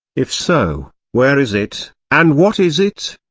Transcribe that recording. if so, where is it, and what is it?